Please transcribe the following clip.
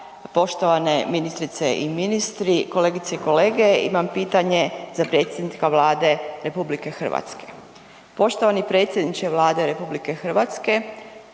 Poštovane ministrice i ministri, kolegice i kolege. Imam pitanje za predsjednika Vlade RH. Poštovani predsjedniče Vlade RH imajući